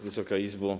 Wysoka Izbo!